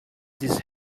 this